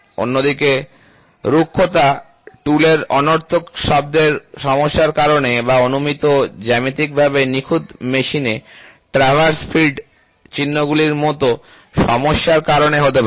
অন্যদিকে রুক্ষতা টুলের অনর্থক শব্দের সমস্যার কারণে বা অনুমিত জ্যামিতিকভাবে নিখুঁত মেশিনে ট্র্যাভার্স ফিড চিহ্নগুলির মতো সমস্যার কারণে হতে পারে